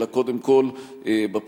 אלא קודם כול בפרלמנט,